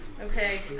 Okay